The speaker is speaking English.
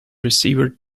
receiver